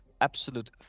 absolute